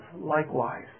likewise